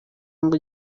ngo